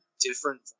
different